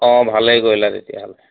অ ভালেই কৰিলা তেতিয়াহ'লে